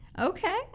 Okay